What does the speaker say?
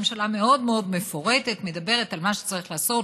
המאוד-מאוד מפורטת מדברת על מה שצריך לעשות,